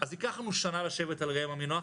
אז ייקח לנו שנה לשבת על ראם עמינח,